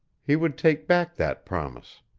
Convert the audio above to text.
he would take back that promise.